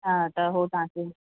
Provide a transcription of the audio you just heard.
हा त हो तव्हांखे